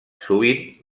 sovint